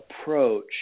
approach